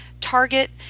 target